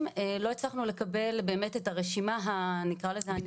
לא הצלחנו לקבל באמת את הרשימה הנקרא לזה "הנקייה".